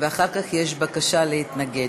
אחר כך יש בקשה להתנגד.